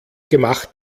gemacht